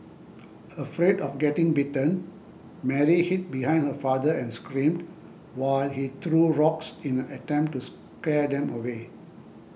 afraid of getting bitten Mary hid behind her father and screamed while he threw rocks in an attempt to scare them away